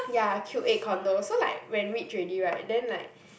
ya Cube Eight condo so like when reach already [right] then like